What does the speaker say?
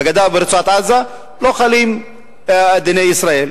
בגדה וברצועת-עזה לא חלים דיני ישראל,